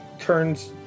turns